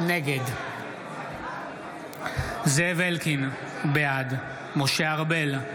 נגד זאב אלקין, בעד משה ארבל,